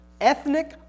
ethnic